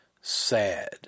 sad